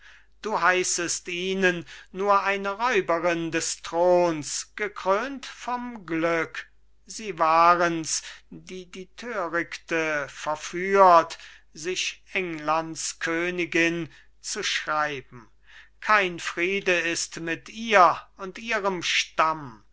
du heißest ihnen nur eine räuberin desthrons gekrönt vom glück sie waren's die die törichte verführt sich englands königin zu schreiben kein friede ist mit ihr und ihrem stamm